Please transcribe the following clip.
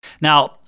Now